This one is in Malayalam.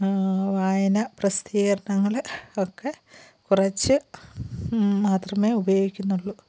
വായന പ്രസിദ്ധീകരണങ്ങൾ ഒക്കെ കുറച്ച് മാത്രമേ ഉപയോഗിക്കുന്നുള്ളൂ